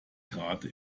gerade